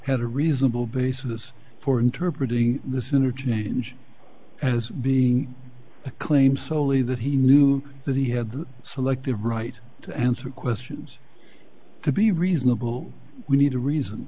had a reasonable basis for interpreting this interchange as the claim solely that he knew that he had the selective right to answer questions to be reasonable we need a reason